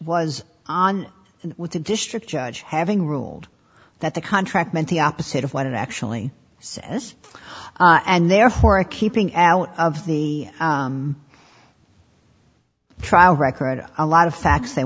was on and with the district judge having ruled that the contract meant the opposite of what it actually says and therefore i keeping out of the trial record a lot of facts they